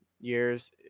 years